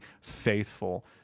faithful